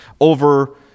over